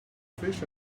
fish